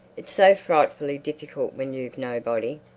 it's so frightfully difficult when you've nobody.